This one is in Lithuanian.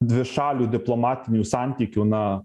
dvišalių diplomatinių santykių na